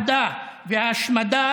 התנגדות למדיניות